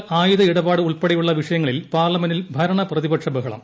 Rafale ആയുധ ഇടപാട് ്ള്ൾപ്പെടെയുള്ള വിഷയങ്ങളിൽ പാർമെന്റിൽ ഭരണ പ്പതിപക്ഷ ബഹളം